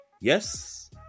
Yes